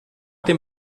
dem